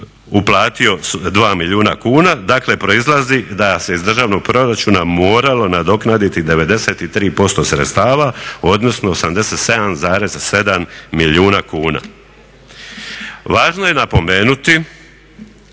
uplatio 2 milijuna kuna. Dakle, proizlazi da se iz državnog proračuna moralo nadoknaditi 93% sredstava odnosno 87,7 milijuna kuna. Važno je napomenuti